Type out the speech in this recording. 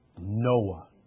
Noah